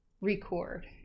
record